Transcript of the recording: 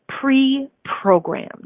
pre-programmed